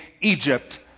Egypt